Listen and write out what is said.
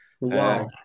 Wow